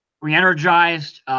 re-energized